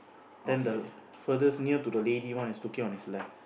then the furtherest near to the lady one is looking on its left